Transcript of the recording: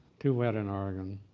too wet in oregon.